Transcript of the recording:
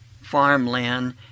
farmland